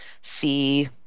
see